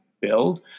build